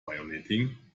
violating